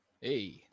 Hey